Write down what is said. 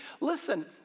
listen